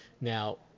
Now